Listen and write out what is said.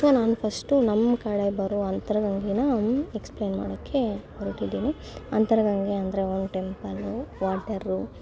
so ನಾನು first ನಮ್ಮ ಕಡೆ ಬರುವ ಅಂತರಗಂಗೇನ ನಾನು ಎಕ್ಸ್ಪ್ಲೇನ್ ಮಾಡೋಕೆ ಹೊರಟಿದ್ದೀನಿ ಅಂತರಗಂಗೆ ಅಂದರೆ ಒಂದು ಟೆಂಪಲ್ಲು ವಾಟರು